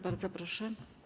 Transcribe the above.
Bardzo proszę.